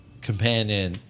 companion